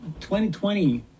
2020